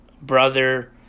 brother